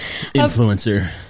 influencer